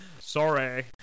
Sorry